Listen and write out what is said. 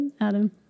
Adam